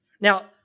Now